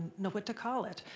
know what to call it.